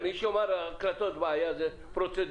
מישהו אמר שההקלטות זה בעיה, זה פרוצדורה.